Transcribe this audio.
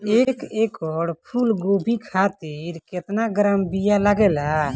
एक एकड़ फूल गोभी खातिर केतना ग्राम बीया लागेला?